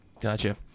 gotcha